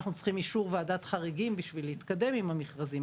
אנחנו צריכים את אישור ועדת חריגים כדי להתקדם עם המכרזים,